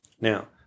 Now